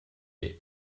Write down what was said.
est